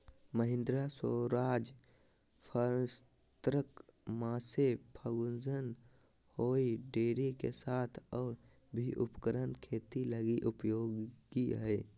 Mahindra, Swaraj, Farmtrac, Massey Ferguson John Deere के साथ और भी उपकरण खेती लगी उपयोगी हइ